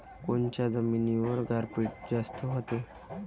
कोनच्या जमिनीवर गारपीट जास्त व्हते?